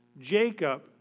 Jacob